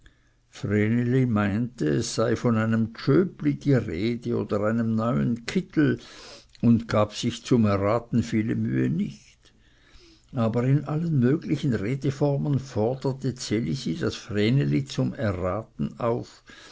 es sei von einem neuen tschöpli die rede oder einem neuen kittel und gab sich zum erraten viele mühe nicht aber in allen möglichen redeformen forderte ds elisi das vreneli zum erraten auf